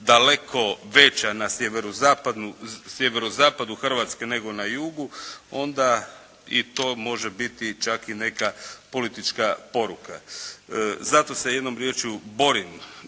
daleko veća na sjeverozapadu Hrvatske nego na jugu, onda i to može biti čak i neka politička poruka. Zato se jednom riječju borim